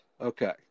Okay